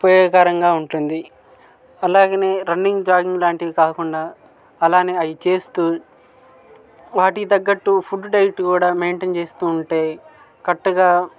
ఉపయోగకరంగా ఉంటుంది అలాగనే రన్నింగ్ జాగింగ్ లాంటివి కాకుండా అలానే అయి చేస్తూ వాటి తగ్గట్టు ఫుడ్ డైట్ కూడా మైంటైన్ చేస్తూ ఉంటే కట్టుగా